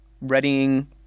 readying